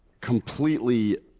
completely